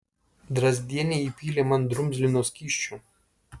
drazdienė įpylė man drumzlino skysčio